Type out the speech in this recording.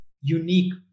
unique